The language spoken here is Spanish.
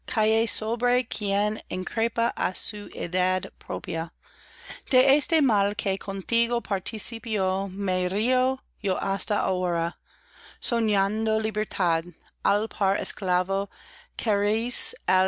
propia de este mal que contigo participo me río yo hasta ahora soñando libertad al par esclavo